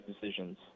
decisions